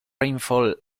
rainfall